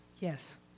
Yes